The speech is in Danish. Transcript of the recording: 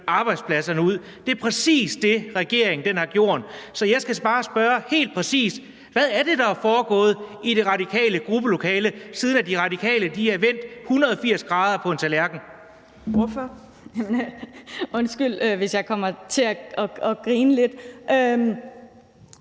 arbejdspladserne ud. Det er præcis det, regeringen har gjort. Så jeg skal bare spørge helt præcist: Hvad er det, der er foregået i det radikale gruppelokale, siden De Radikale er vendt 180 grader på en tallerken? Kl. 17:53 Tredje næstformand (Trine